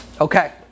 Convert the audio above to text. okay